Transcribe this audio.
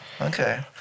Okay